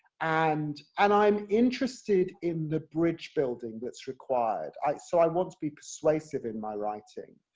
and and i'm interested in the bridge-building that's required, i, so i want to be persuasive in my writing.